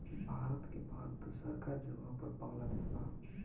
भारत के बाद दूसरका जगह पर बांग्लादेश बा